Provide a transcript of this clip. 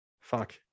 fuck